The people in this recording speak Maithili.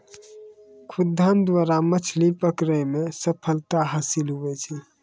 खुद्दन द्वारा मछली पकड़ै मे सफलता हासिल हुवै छै